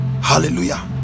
Hallelujah